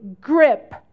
grip